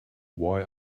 why